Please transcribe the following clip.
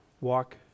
walk